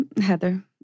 Heather